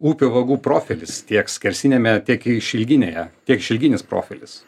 upių vagų profilis tiek skersiniame tiek išilginėje tiek išilginis profilis